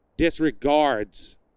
Disregards